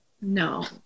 no